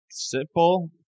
simple